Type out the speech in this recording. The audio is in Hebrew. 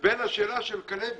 ובין השאלה של כלבת.